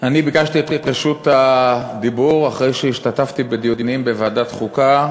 אני ביקשתי את רשות הדיבור אחרי שהשתתפתי בדיונים בוועדת חוקה,